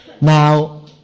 now